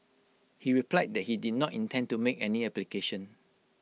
he replied that he did not intend to make any application